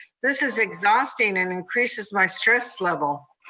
this is exhausting and increases my stress level.